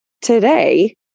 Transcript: Today